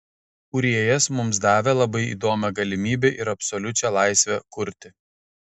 kūrėjas mums davė labai įdomią galimybę ir absoliučią laisvę kurti